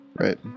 right